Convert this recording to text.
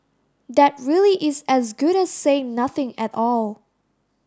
that really is as good as saying nothing at all